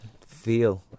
feel